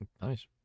Nice